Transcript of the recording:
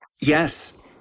Yes